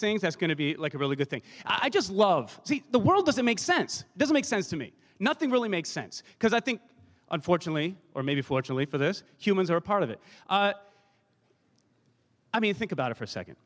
things that's going to be like a really good thing i just love the world does it make sense doesn't make sense to me nothing really makes sense because i think unfortunately or maybe fortunately for this humans are a part of it i mean think about it for a second